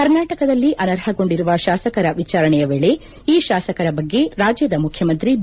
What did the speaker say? ಕರ್ನಾಟಕದಲ್ಲಿ ಅನರ್ಹಗೊಂಡಿರುವ ಶಾಸಕರ ವಿಚಾರಣೆಯ ವೇಳೆ ಈ ಶಾಸಕರ ಬಗ್ಗೆ ರಾಜ್ಜದ ಮುಖ್ಜಮಂತ್ರಿ ಬಿ